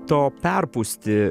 to perpūsti